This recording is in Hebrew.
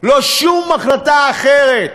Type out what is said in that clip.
לא שום החלטה אחרת.